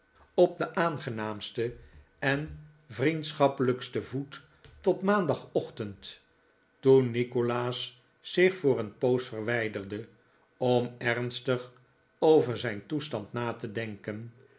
op den aangenaamsten en vriendschappelijksten voet tot maandagochtend toen nikolaas zich voor een poos verwijderde om ernstig over zijn toestand na te denken